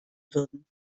würden